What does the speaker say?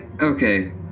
okay